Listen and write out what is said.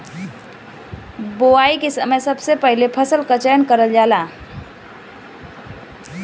बोवाई के समय सबसे पहिले फसल क चयन करल जाला